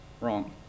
wrong